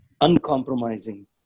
uncompromising